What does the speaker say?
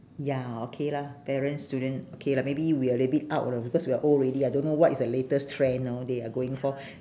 ya okay lah parents student okay lah maybe we a little bit out lah because we are old already I don't know what is the latest trend know they are going for